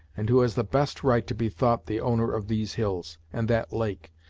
and who has the best right to be thought the owner of these hills, and that lake,